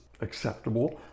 acceptable